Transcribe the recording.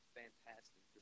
fantastic